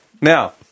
now